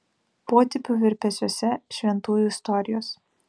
potėpių virpesiuose šventųjų istorijos